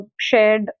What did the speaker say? shared